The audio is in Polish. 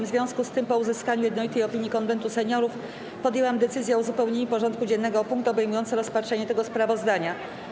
W związku z tym, po uzyskaniu jednolitej opinii Konwentu Seniorów, podjęłam decyzję o uzupełnieniu porządku dziennego o punkt obejmujący rozpatrzenie tego sprawozdania.